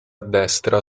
destra